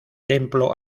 templo